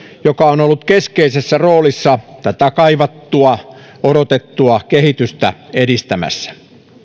joka on ollut keskeisessä roolissa tätä kaivattua odotettua kehitystä edistämässä